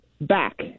back